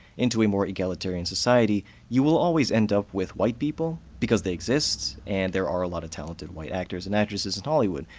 into a more egalitarian society, you will always end up with white people, because they exist, and there are a lot of talented white actors and actresses in hollywood.